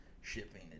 shipping